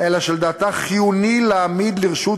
אלא שלדעתה חיוני להעמיד לרשות